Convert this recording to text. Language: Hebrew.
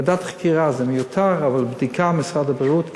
ועדת חקירה זה מיותר, אבל בדיקה במשרד הבריאות כן.